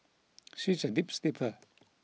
she is a deep sleeper